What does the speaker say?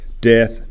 death